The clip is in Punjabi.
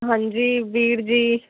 ਹਾਂਜੀ ਵੀਰ ਜੀ